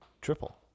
triple